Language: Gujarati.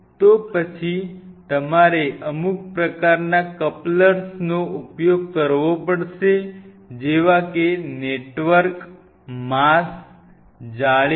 તો પછી તમારે અમુક પ્રકારના કપ્લર્સનો ઉપયોગ કરવો પડશે જેવા કે નેટવ ર્ક માસ જાળી